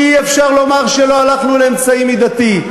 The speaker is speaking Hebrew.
אי-אפשר לומר שלא הלכנו לאמצעי מידתי.